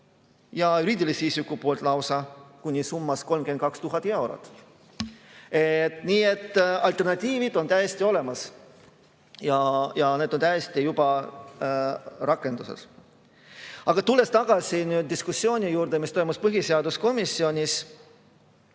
ja juriidilise isiku puhul lausa kuni summas 32 000 eurot. Nii et alternatiivid on täiesti olemas ja need on juba rakenduses. Aga tulen tagasi diskussiooni juurde, mis toimus põhiseaduskomisjonis.